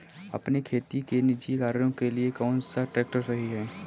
अपने खेती के निजी कार्यों के लिए कौन सा ट्रैक्टर सही है?